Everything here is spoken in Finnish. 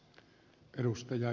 arvoisa puhemies